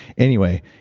anyway,